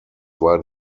war